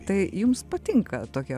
tai jums patinka tokie